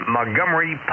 Montgomery